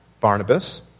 Barnabas